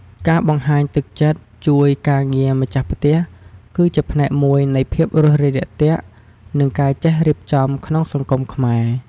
ការបង្ហាញទឹកចិត្តជួយការងារម្ចាស់ផ្ទះ គឺជាផ្នែកមួយនៃភាពរួសរាយរាក់ទាក់ និងការចេះរៀបចំក្នុងសង្គមខ្មែរ។